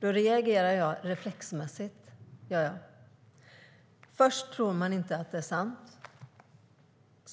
reagerar jag reflexmässigt. Först tror jag inte att det är sant.